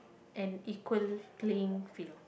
an equal playing field